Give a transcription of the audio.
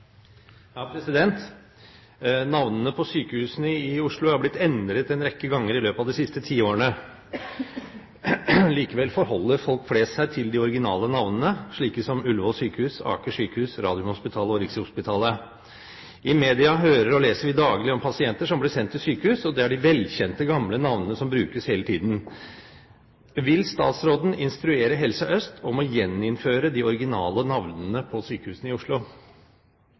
siste 10 årene. Likevel forholder folk flest seg til de «originale» navnene, slike som Ullevål sykehus, Aker sykehus, Radiumhospitalet og Rikshospitalet. I media hører og leser vi daglig om pasienter som blir sendt til sykehus, og det er de velkjente gamle navnene som brukes hele tiden. Vil statsråden instruere Helse Øst om å gjeninnføre de originale navnene på sykehusene i Oslo?»